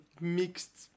mixed